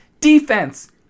defense